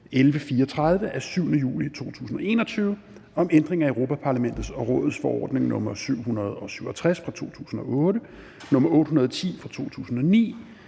7. juli 2021 om ændring af Europa-Parlamentets og Rådets forordning (EF) nr. 767/2008, (EF) nr. 810/2009,